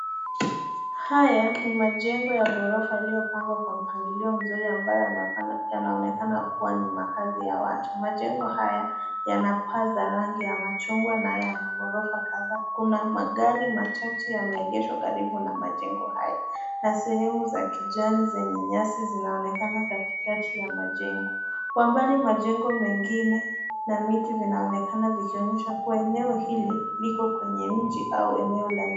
Haya ni majengo ya ghorofa yaliyopangwa kwa mpangilio mzuri ambayo yanaonekana kuwa ni makazi ya watu. Majengo haya yana paa za rangi ya machungwa na yana ghorofa kahaa. Kuna magari machache yameegeshwa karibu na majengo haya na sehemu za kijani zenye nyasi zinaonekana katikati ya majengo. Kwa umbali majengo mengine na miti vinaonekana vikionyesha kuwa eneo hili liko kwenye mji au eneo la.